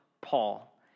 Paul